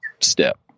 step